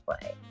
play